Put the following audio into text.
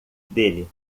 dele